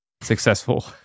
successful